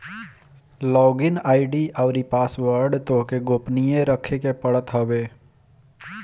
log in ID अउरी password तोहके गोपनीय रखे के पड़त हवे